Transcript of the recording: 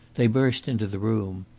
they burst into the room.